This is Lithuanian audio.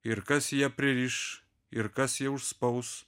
ir kas ją pririš ir kas ją užspaus